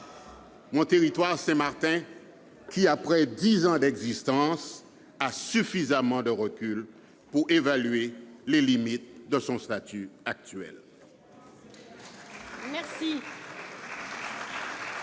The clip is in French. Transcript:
Le territoire de Saint-Martin, après dix ans d'existence, a suffisamment de recul pour évaluer les limites de son statut actuel.